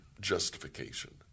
justification